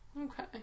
Okay